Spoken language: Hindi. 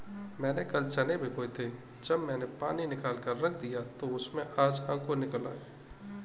मैंने कल चने भिगोए थे जब मैंने पानी निकालकर रख दिया तो उसमें आज अंकुर निकल आए